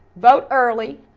vote early,